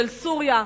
של סוריה,